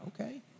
okay